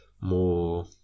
more